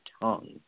tongue